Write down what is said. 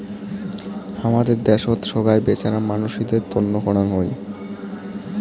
হামাদের দ্যাশোত সোগায় বেচেরা মানসিদের তন্ন করাং হই